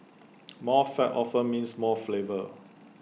more fat often means more flavour